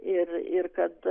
ir ir kad